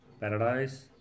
Paradise